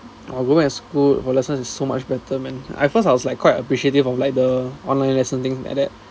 oh going back to school for lesson is so much better man at first I was like quite appreciative of like the online lesson thing like that